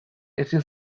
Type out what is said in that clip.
ezin